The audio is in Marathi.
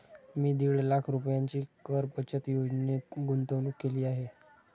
मी दीड लाख रुपयांची कर बचत योजनेत गुंतवणूक केली आहे